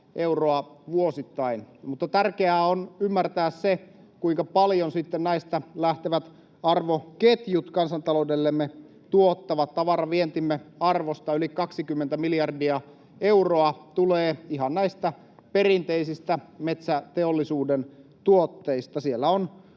tärkeää on ymmärtää se, kuinka paljon näistä lähtevät arvoketjut kansantaloudellemme tuottavat. Tavaravientimme arvosta yli 20 miljardia euroa tulee ihan näistä perinteisistä metsäteollisuuden tuotteista. Siellä